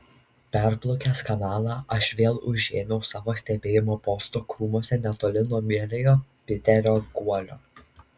perplaukęs kanalą aš vėl užėmiau savo stebėjimo postą krūmuose netoli nuo meiliojo piterio guolio